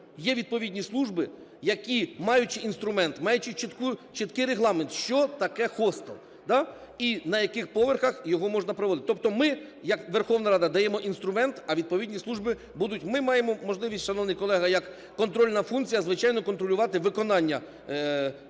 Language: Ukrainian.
Є відповідні служби, які, маючи інструмент, маючи чіткий регламент, що таке хостел, і на яких поверхах його можна проводити. Тобто, ми як Верховна Рада даємо інструмент, а відповідні служби будуть… Ми маємо можливість, шановний колега, як контрольна функція, звичайно контролювати виконання